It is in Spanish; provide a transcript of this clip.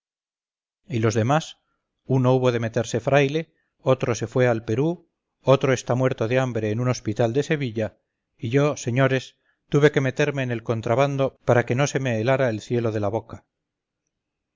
y los demás uno hubo de meterse fraile otro se fue al perú otro está muerto de hambre en un hospital de sevilla y yo señores tuve que meterme en el contrabando para que no se me helara el cielo de la boca